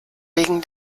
wegen